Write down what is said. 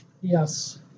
Yes